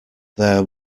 there